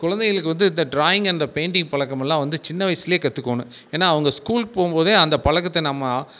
குழந்தைகளுக்கு வந்து இந்த ட்ராயிங் அந்த பெயிண்டிங் பழக்கமெல்லாம் வந்து சின்ன வயசுலேயே கற்றுகோணும் ஏன்னா அவங்க ஸ்கூல் போகும்போதே அந்த பழக்கத்தை நம்ம